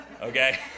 okay